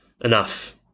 enough